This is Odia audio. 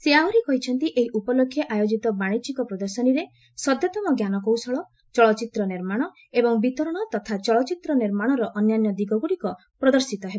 ସେ ଆହରି କହିଛନ୍ତି ଏହି ଉପଲକ୍ଷେ ଆୟୋଜିତ ବାଶିକ୍ୟିକ ପ୍ରଦର୍ଶନୀରେ ସଦ୍ୟତମ ଜ୍ଞାନକୌଶଳ ଚଳଚ୍ଚିତ୍ର ନିର୍ମାଣ ଏବଂ ବିତରଣ ତଥା ଚଳଚ୍ଚିତ୍ର ନିର୍ମାଣର ଅନ୍ୟାନ୍ୟ ଦିଗଗ୍ରଡିକ ପ୍ରଦର୍ଶିତ ହେବ